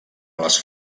les